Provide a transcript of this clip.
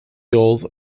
old